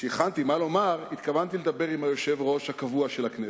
כשהכנתי מה לומר התכוונתי לדבר עם היושב-ראש הקבוע של הכנסת,